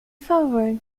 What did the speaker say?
favor